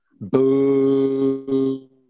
boo